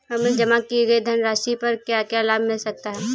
हमें जमा की गई धनराशि पर क्या क्या लाभ मिल सकता है?